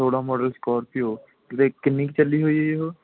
ਸੋਲ੍ਹਾਂ model Scorpio ਲੇ ਕਿੰਨੀ ਕੁ ਚੱਲੀ ਹੋਈ ਹੈ ਜੀ ਉਹ